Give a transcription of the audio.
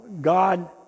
God